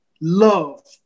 Love